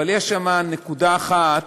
אבל יש שם נקודה אחת